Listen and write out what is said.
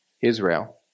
Israel